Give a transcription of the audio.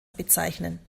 bezeichnen